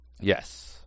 Yes